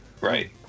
right